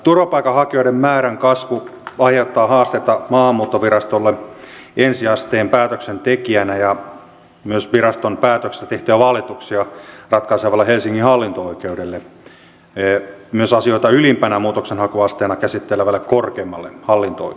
turvapaikanhakijoiden määrän kasvu aiheuttaa haasteita maahanmuuttovirastolle ensi asteen päätöksentekijänä ja myös viraston päätöksistä tehtyjä valituksia ratkaisevalle helsingin hallinto oikeudelle myös asioita ylimpänä muutoksenhakuasteena käsittelevälle korkeimmalle hallinto oikeudelle